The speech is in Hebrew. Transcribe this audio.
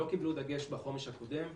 הם לא קיבלו דגש בחומש הקודמת,